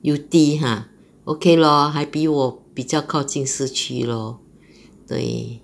yew tee !huh! okay lor 还比我比较靠近市区 lor 对